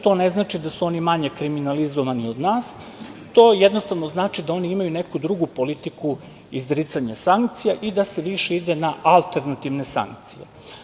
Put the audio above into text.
To ne znači da su oni manje kriminalizovani od nas, to jednostavno znači da oni imaju neku drugu politiku izricanja sankcija i da se više ide na alternativne sankcije.